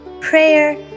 prayer